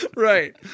Right